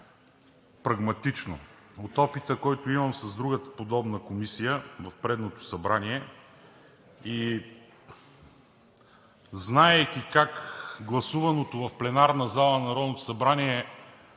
прагматично. От опита, който имам с другата подобна комисия, в предното Събрание и знаейки как гласуваното в пленарната зала на Народното събрание